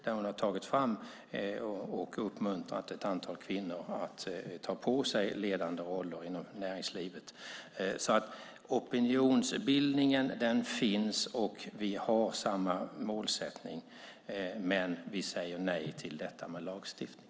Där har hon tagit fram och uppmuntrat ett antal kvinnor att ta på sig ledande roller inom näringslivet. Opinionsbildningen finns, och vi har samma målsättning. Men vi säger nej till detta med lagstiftning.